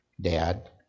Dad